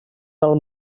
del